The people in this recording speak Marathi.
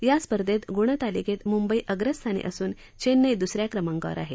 या स्पर्धेत गुणतालिकेत मुंबई अग्रस्थानी असून चेन्नई दुस या क्रमांकावर आहे